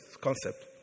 concept